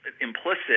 implicit